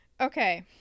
Okay